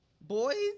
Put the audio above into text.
boys